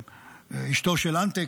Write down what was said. אשתו של אנטק,